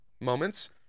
moments